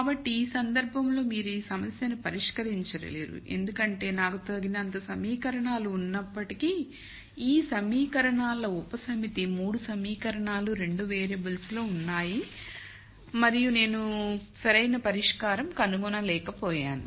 కాబట్టి ఈ సందర్భంలో మీరు ఈ సమస్యను పరిష్కరించలేరు ఎందుకంటే నాకు తగినంత సమీకరణాలు ఉన్నప్పటికీ ఈ సమీకరణాల ఉపసమితి 3 సమీకరణాలు 2 వేరియబుల్స్లో ఉన్నాయి మరియు నేను సరైన పరిష్కారాన్ని కనుగొనలేకపోయాను